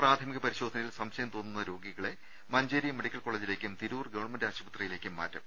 പ്രാഥമിക പരിശോധനയിൽ സംശയം തോന്നുന്ന രോഗികളെ മഞ്ചേരി മെഡിക്കൽ കോളജിലേക്കും തിരൂർ ഗവ ആശുപത്രിയിലേക്കും മാറ്റും